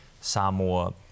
Samoa